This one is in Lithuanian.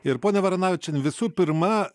ir ponia varanavičiene visų pirma